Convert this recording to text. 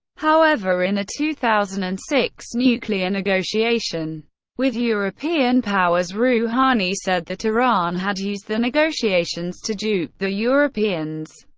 however, in a two thousand and six nuclear negotiation with european powers, rouhani said that iran had used the negotiations to dupe the europeans,